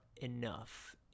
enough